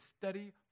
steady